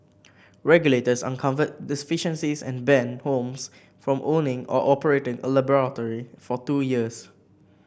regulators uncovered deficiencies and banned Holmes from owning or operating a laboratory for two years